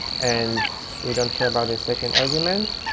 and we don't care about the second argument.